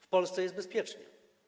W Polsce jest bezpiecznie.